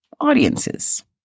audiences